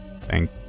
Thank